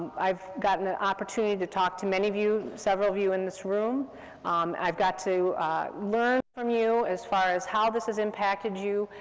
i've gotten an opportunity to talk to many of you, several of you in this room, and i've got to learn from you, as far as how this has impacted you,